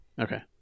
Okay